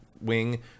wing